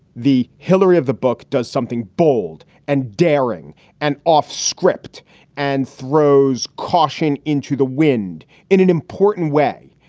the hillary of the book does something bold and daring and off script and throws caution into the wind in an important way.